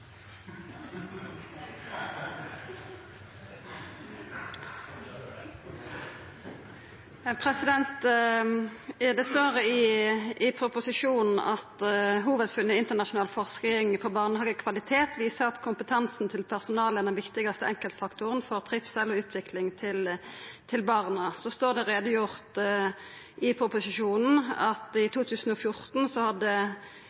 takk. Det står i proposisjonen at hovudfunn i internasjonal forsking på barnehagekvalitet viser at kompetansen til personalet er den viktigaste enkeltfaktoren for trivsel og utvikling hos barna. I proposisjonen er det gjort greie for at i 2014 hadde